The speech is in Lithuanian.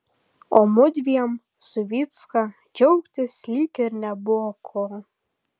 o mudviem su vycka džiaugtis lyg ir nebuvo ko